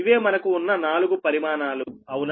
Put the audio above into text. ఇవే మనకు ఉన్న నాలుగు పరిమాణాలు అవునా